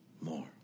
more